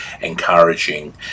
encouraging